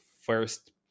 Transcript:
first